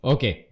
Okay